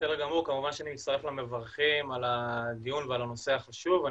כמובן שאני מצטרף למברכים על הדיון על הנושא החשוב.